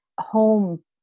home